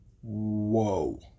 Whoa